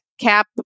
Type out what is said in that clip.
Cap